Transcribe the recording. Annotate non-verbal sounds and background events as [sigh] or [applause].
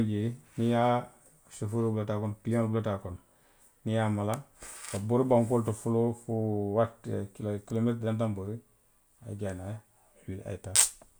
[unintelligible] niŋ i ye a, sofooroo bulata a kono, kiliyaanoolu bulata a kono. niŋ i ye a mala. a ka bori bankoo le to foloo, fo waati, a ye kilomeetiri dantaŋ bori, [unintelligible] a ye naa wuli a ye taa